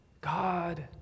God